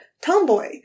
Tomboy